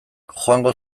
joango